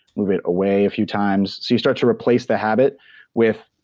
move it away a few times, so you start to replace the habit with.